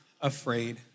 afraid